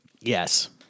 Yes